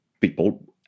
people